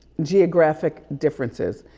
geographic differences.